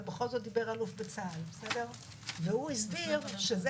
אבל בכל זאת דיבר אלוף בצה"ל והוא הסביר שזה